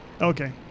okay